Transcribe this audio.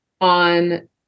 on